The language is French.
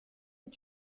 est